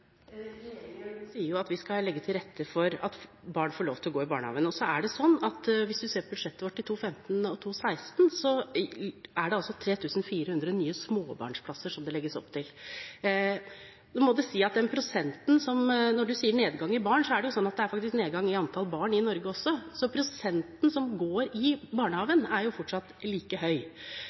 Regjeringen sier jo at vi skal legge til rette for at barn får lov til å gå i barnehagen. Så er det sånn at hvis du ser på budsjettet vårt i 2015 og 2016, er det 3 400 nye småbarnsplasser det legges opp til. Når du sier nedgang i antallet barn, må det sies at det faktisk er nedgang i antall barn i Norge også. Så prosenten barn som går i barnehagen, er fortsatt like høy.